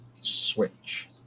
switch